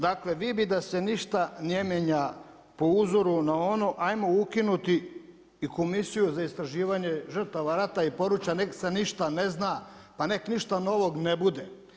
Dakle vi bi da se ništa ne mijenja po uzoru na ono ajmo ukinuti i Komisiju za istraživanje žrtava rata i poraća, nek se ništa ne zna pa nek ništa novog ne bude.